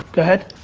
go ahead.